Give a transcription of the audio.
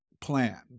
plan